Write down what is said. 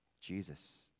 Jesus